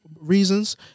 reasons